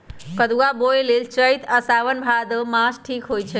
कदुआ बोए लेल चइत आ साओन मास ठीक होई छइ